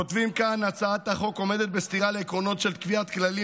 כותבים כאן: הצעת החוק עומדת בסתירה לעקרונות של קביעת כללים